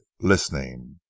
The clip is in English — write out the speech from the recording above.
listening